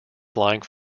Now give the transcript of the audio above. flying